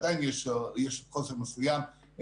עדיין יש חוסר מסוים.